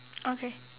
okay